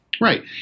Right